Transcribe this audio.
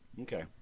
Okay